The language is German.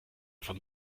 von